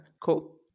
cool